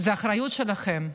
זו אחריות שלכם.